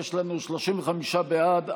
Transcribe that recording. יש לנו 35 בעד,